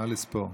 נא לספור.